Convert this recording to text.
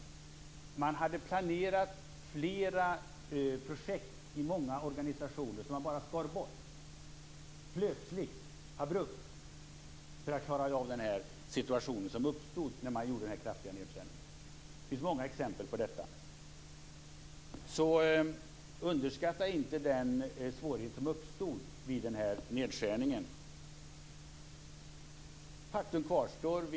Många organisationer hade planerat flera projekt som man bara skar bort, plötsligt och abrupt, för att klara av den situation som uppstod i och med den kraftiga nedskärningen. Det finns många exempel på detta. Underskatta alltså inte den svårighet som uppstod vid den här nedskärningen. Faktum kvarstår.